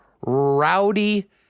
rowdy